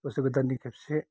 बोसोर गोदाननो खेबसे